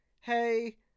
hey